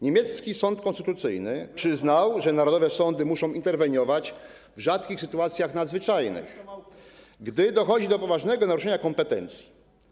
Niemiecki sąd konstytucyjny przyznał, że narodowe sądy muszą interweniować w rzadkich sytuacjach nadzwyczajnych, gdy dochodzi do poważnego naruszenia kompetencji.